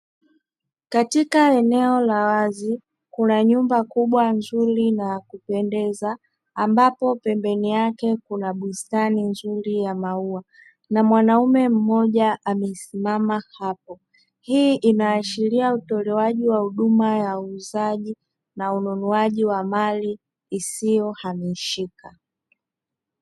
Katika eneo la wazi kuna nyumba kubwa nzuri na yakupendeza ambapo pembeni yake kuna bustani nzuri ya maua na mwanaume mmoja amesimama hapo, hii inaashiria utolewaji wa huduma uuzaji na ununuaji wa mali isiyohamishika.